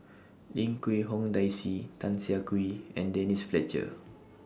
Lim Quee Hong Daisy Tan Siah Kwee and Denise Fletcher